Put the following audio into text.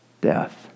death